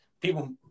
People